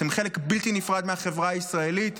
אתם חלק בלתי נפרד מהחברה הישראלית,